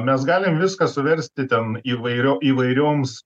mes galim viską suversti ten įvairio įvairioms